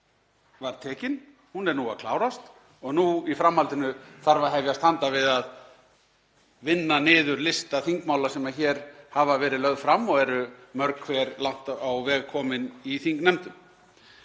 var tekin, hún er nú að klárast og í framhaldinu þarf að hefjast handa við að vinna niður lista þingmála sem hér hafa verið lögð fram og eru mörg hver langt á veg komin í þingnefndum.